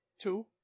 two